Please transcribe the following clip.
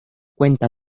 cuenta